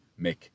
Mick